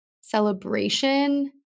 celebration